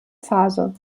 phase